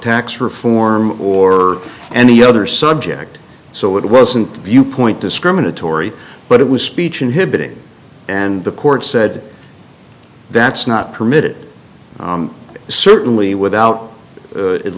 tax reform or any other subject so it wasn't viewpoint discriminatory but it was speech inhibited and the court said that's not permitted certainly without at